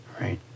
right